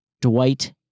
Dwight